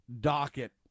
docket